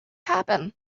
happen